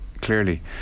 clearly